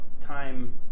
time